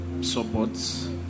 Supports